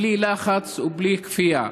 בלי לחץ ובלי כפייה.